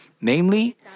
namely